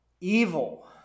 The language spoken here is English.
evil